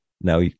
Now